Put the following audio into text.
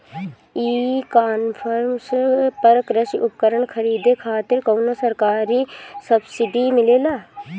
ई कॉमर्स पर कृषी उपकरण खरीदे खातिर कउनो सरकारी सब्सीडी मिलेला?